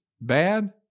bad